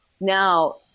now